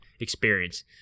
experience